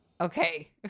Okay